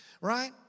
Right